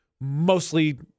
Mostly